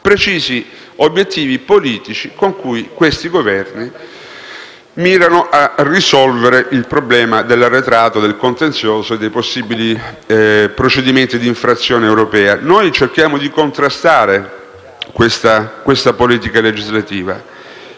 precisi obiettivi politici con cui questi Governi mirano a risolvere il problema dell'arretrato, del contenzioso e dei possibili procedimenti di infrazione avviati dall'Unione europea. Noi cerchiamo di contrastare questa politica legislativa